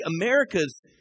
America's